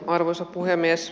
arvoisa puhemies